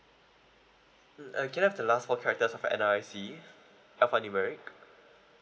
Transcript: mm uh can I have the last four characters of N_R_I_C alphanumeric